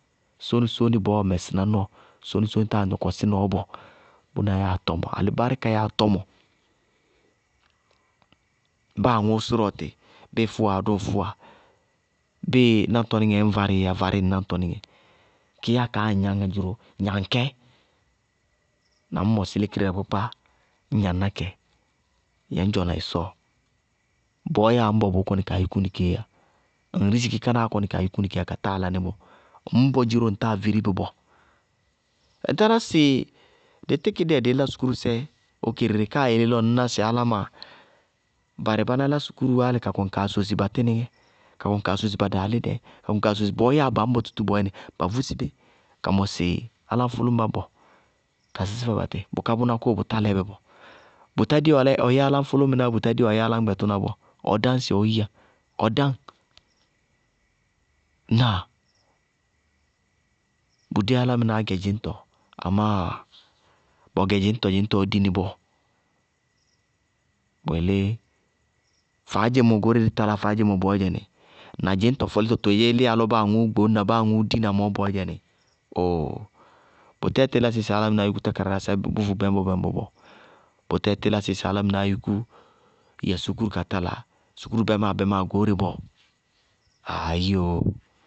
Sóóni sóóni bɔɔɔ mɛsɩná nɔɔ, sóóni sóóni táa gnɔkɔsí nɔɔ bɔɔ, alɩbáríka yáa tɔmɔ, báa aŋʋ sʋrʋ ɔtɩ, bíɩ fʋwaá yá dʋ ŋ fʋwa, bíɩ náñtɔníŋɛɛ ŋñ várɩ barí ŋ náñtɔníŋɛ, kɩyáa kaá ŋŋ gnañŋá dziró, gnaŋ kɛ, na ñ mɔsɩ lékire darɩkpákpá ñ gnaŋná kɛ, yɛ ŋñ dzɔna ɩsɔɔ, bɔɔ yáa ŋñbɔ, bʋnáá kɔní kaa yúkú nɩ kéé yá, ŋŋriziki kánáá kɔní kaa yúkú nɩ kéé yá, ka táa lánɩ bɔɔ, ŋñbɔ dziró, ŋtáa virí bɩ bɔɔ. Ŋtáná dɩ tíkɩ dí yɛ dɩí lá sukúrusɛ okerere káa yelé lɔ ŋñná áláma barɩ báná lá sukúru álɩ ka kɔnɩ kaa sosi ba tínɩŋɛ, ka kɔŋ kaa sosi ba daalídɛ ka kɔŋ kaa sosi bɔɔ yáa ba ñbɔ tútúú bɔɔyɛnɩ, ba vusi bí ka mɔsɩ áláñfʋñba ñbɔ ka sísí fɛ batɩ bʋká bʋná kóo bʋtá lɛbɛ bɔɔ. Bʋtá dí ɔ lɛ ɔyɛ áláñfʋlʋmɩná, bʋtá dí ɔyɛ áláñgbɩtʋna ñm bɔɔ, ɔ dáñsɩ ɔɔyíya, ɔ dáŋ ŋnáa? Bʋdé álámɩnáá gɛ dzɩñtɔ, amá, bɔ gɛ dzɩñtɔ, dzɩñtɔɔ dí nɩ. Bʋ yelé faádze goóreé dí taláa faádzemɔ bɔɔyɛnɩ, na dzɩñtɔ fɔlíbɔ todzéé lɔ báa aŋʋ gboñna báa aŋʋʋ dina bɔɔ bɔɔyɛnɩ, ooo bʋtɛɛ tílásɩí sɩ álámɩnáá yúkú tákáradásɛ bʋ vʋ bɛñbɔ-bɛñbɔ bɔɔ, bʋtɛɛ tílásɩ sɩ álámɩnáá yúkú yɛ sukúru ka tala sukúru bɛmáa goóre bɔɔ. Aaayí!